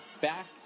back